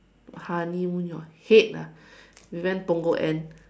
honeymoon your head ah we went Punggol end